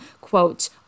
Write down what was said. quote